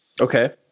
Okay